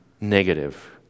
negative